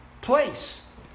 place